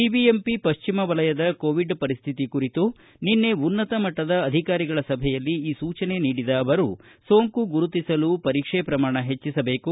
BBMP ಪಶ್ಚಿಮ ವಲಯದಕೋವಿಡ್ ಪರಿಸ್ಥಿತಿ ಕುರಿತು ನಿನ್ನೆ ಉನ್ನತ ಮಟ್ಟದ ಅಧಿಕಾರಿಗಳ ಸಭೆಯಲ್ಲಿ ಈ ಸೂಚನೆ ನೀಡಿದ ಅವರು ಸೋಕು ಗುರುತಿಸಲು ಪರೀಕ್ಷೆ ಪ್ರಮಾಣ ಹೆಚ್ಚಿಸಬೇಕು